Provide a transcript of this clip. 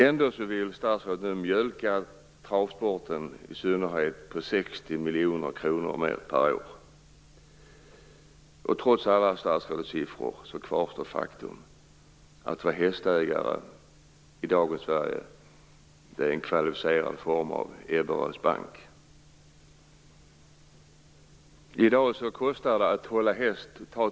Ändå vill statsrådet nu mjölka i synnerhet travsporten på 60 miljoner kronor mer per år. Trots alla statsrådets siffror kvarstår faktum att det för hästägare i dagens Sverige är en kvalificerad form av Ebberöds bank. I dag kostar det att hålla häst.